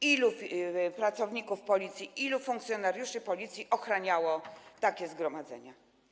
Ilu pracowników Policji, ilu funkcjonariuszy Policji ochraniało takie zgromadzenia?